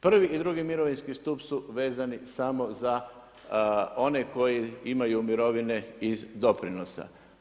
Prvi i drugi mirovinski stup su vezani samo za one koji imaju mirovine iz doprinosa.